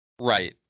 Right